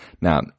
Now